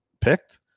picked